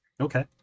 okay